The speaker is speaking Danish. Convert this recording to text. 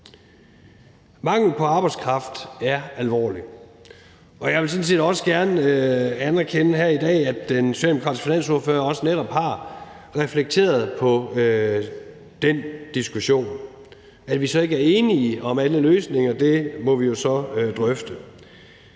Manglen på arbejdskraft er alvorlig, og jeg vil sådan set også gerne anerkende her i dag, at den socialdemokratiske finansordfører netop også har reflekteret over den diskussion. At vi så ikke er enige om alle løsninger, må vi jo drøfte.